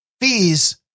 fees